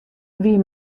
wie